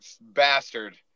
bastard